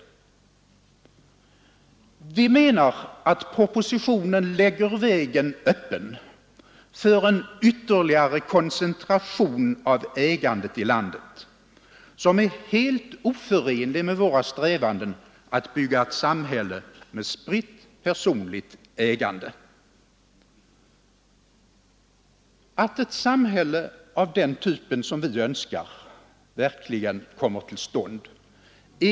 24 maj 1973 Vi menar att propositionen lägger vägen öppen för en ytterligare koncentration av ägandet i landet som är helt oförenlig med våra strävanden att bygga ett samhälle med spritt personligt ägande. Att ett samhälle av den typ som vi önskar verkligen kommer till stånd 72. ”.